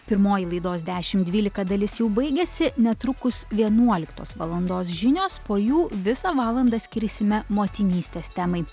pirmoji laidos dešimt dvylika dalis jų baigėsi netrukus vienuoliktos valandos žinios po jų visą valandą skirsime motinystės temai